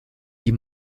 die